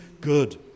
good